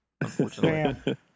unfortunately